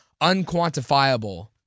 unquantifiable